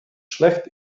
schlecht